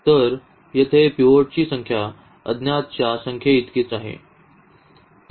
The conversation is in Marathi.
तर येथे पिव्होट ची संख्या अज्ञातच्या संख्येइतकीच आहे